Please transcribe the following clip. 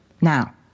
Now